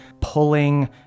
pulling